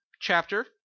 chapter